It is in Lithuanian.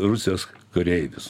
rusijos kareivius